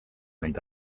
neid